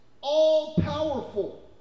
all-powerful